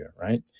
right